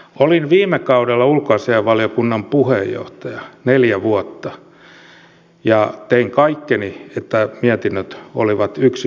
olin viime kaudella ulkoasiainvaliokunnan puheenjohtaja neljä vuotta ja tein kaikkeni että mietinnöt olivat yksimielisiä